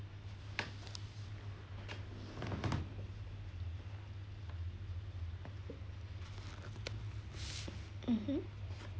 mmhmm